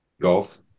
golf